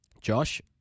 Josh